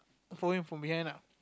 follow him from behind